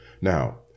Now